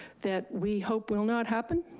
that we hope will not happen,